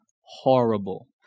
horrible